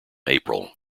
april